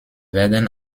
werden